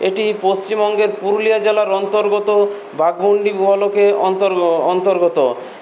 এটি পশ্চিমবঙ্গের পুরুলিয়া জেলার অন্তর্গত বাগমুন্ডি বলোকে অন্তর অ অন্তর্গত